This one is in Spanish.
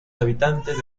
habitantes